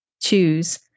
choose